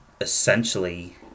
essentially